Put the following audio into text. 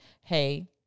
hey